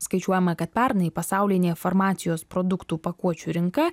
skaičiuojama kad pernai pasaulinė farmacijos produktų pakuočių rinka